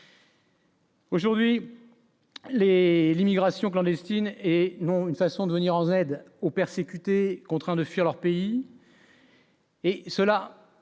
Aujourd'hui les l'immigration clandestine et non une façon de venir en aide aux persécutés, contraints de fuir leur pays.